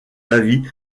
avis